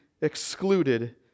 excluded